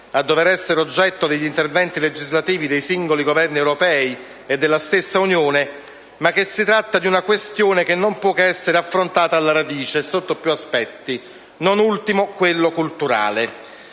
a dover essere oggetto degli interventi legislativi dei singoli Governi europei e della stessa Unione, ma che si tratta di una questione che non può che essere affrontata alla radice e sotto più aspetti, non ultimo quello culturale.